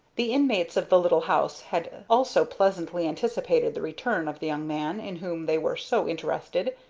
the inmates of the little house had also pleasantly anticipated the return of the young man in whom they were so interested,